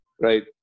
Right